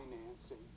financing